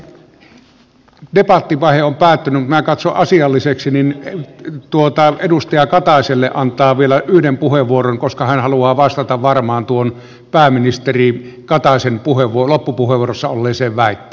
hyvät edustajat debattivaihe on päättynyt mutta minä katson asialliseksi edustaja kataiselle antaa vielä yhden puheenvuoron koska hän haluaa vastata varmaan tuohon pääministeri kataisen loppupuheenvuorossa olleeseen väitteeseen